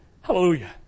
Hallelujah